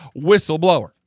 whistleblower